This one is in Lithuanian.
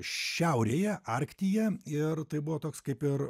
šiaurėje arktyje ir tai buvo toks kaip ir